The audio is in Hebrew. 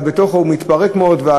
אבל הוא מתפרק מאוד,